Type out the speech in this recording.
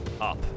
up